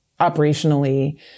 operationally